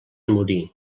morir